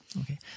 Okay